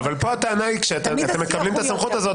הטענה היא שאתם מקבלים את הסמכות הזאת